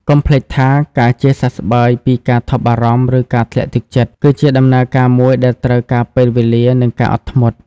កុំភ្លេចថា ការជាសះស្បើយពីការថប់បារម្ភ ឬការធ្លាក់ទឹកចិត្ត គឺជាដំណើរការមួយដែលត្រូវការពេលវេលា និងការអត់ធ្មត់។